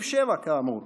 כאמור,